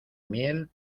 miel